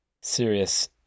serious